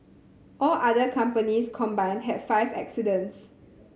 all other companies combined had five accidents